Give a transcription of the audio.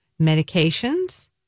medications